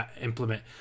implement